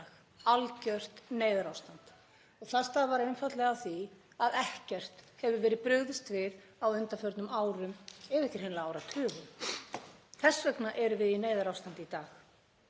algjört neyðarástand, og það stafar einfaldlega af því að ekkert hefur verið brugðist við á undanförnum árum, ef ekki hreinlega áratugum. Þess vegna erum við í neyðarástandi í dag.